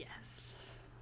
yes